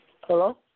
Hello